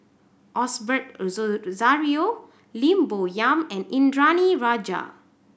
Osbert Rozario Lim Bo Yam and Indranee Rajah